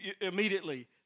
immediately